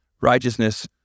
righteousness